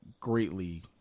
greatly